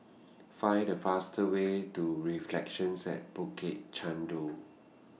Find The faster Way to Reflections At Bukit Chandu